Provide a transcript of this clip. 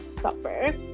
supper